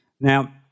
Now